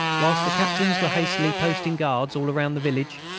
whilst the captains were hastily posting guards all round the village,